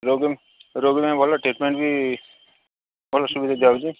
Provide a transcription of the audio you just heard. ରୋଗୀ ରୋଗୀ ପାଇଁ ଭଲ ଟ୍ରିଟମେଣ୍ଟ ବି ଭଲ ସୁବିଧା ଦିଆ ହେଉଛି